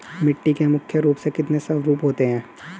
मिट्टी के मुख्य रूप से कितने स्वरूप होते हैं?